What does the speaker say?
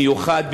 מיוחד,